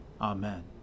Amen